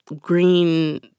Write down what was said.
green